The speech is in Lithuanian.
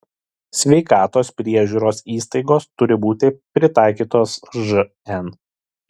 sveikatos priežiūros įstaigos turi būti pritaikytos žn